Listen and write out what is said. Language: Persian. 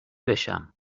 بشم